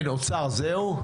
כן, אוצר, זהו?